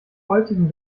heutigen